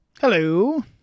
Hello